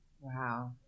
Wow